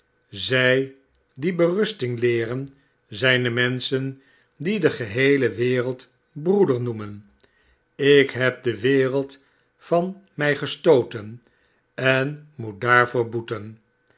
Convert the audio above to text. zij die berusting leeren zijn die menschen die de geheele wereld broeder noemen ik heb de wereld van mij gestooten en moet daarvoor boeten